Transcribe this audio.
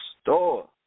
store